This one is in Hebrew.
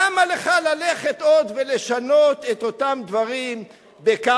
למה לך ללכת עוד ולשנות את אותם דברים בכחש,